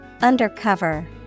Undercover